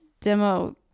demo